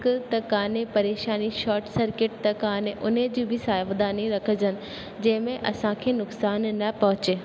क त कोन्हे परेशानी शोट सर्केट त कोन्हे उने जी बि सावधानी रखिजनि जंहिंमें असांखे नुक़सान न पहुचे